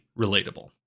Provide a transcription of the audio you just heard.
relatable